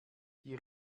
die